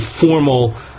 formal